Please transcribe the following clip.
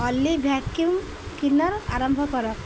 ଅଲି vacuum cleaner ଆରମ୍ଭ କର